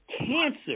cancer